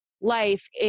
life